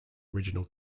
original